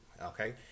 Okay